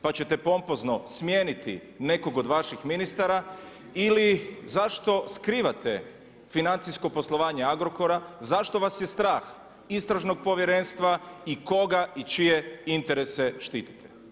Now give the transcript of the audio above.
Pa ćete pompozno smijeniti nekog od vaših ministara ili zašto skrivate financijsko poslovanje Agrokora, zašto vas je strah istražno povjerenstva i koga i čije interese štitite?